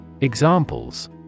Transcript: Examples